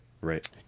right